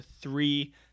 three